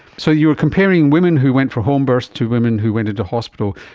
so you were comparing women who went for home births to women who went into hospital.